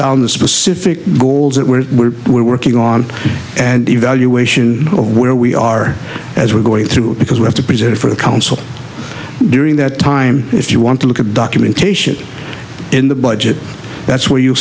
down the specific goals that we're working on and evaluation of where we are as we're going through because we have to preserve it for the council during that time if you want to look at documentation in the budget that's where you